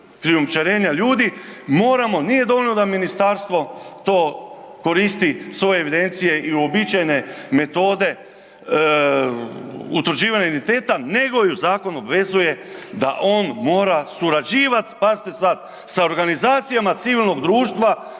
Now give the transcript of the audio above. krijumčarenja ljudi moramo, nije dovoljno da ministarstvo to koristi svoje evidencije i uobičajene metode utvrđivanja identiteta nego ju zakon obvezuje da on mora surađivat, pazite sad, sa organizacijama civilnog društva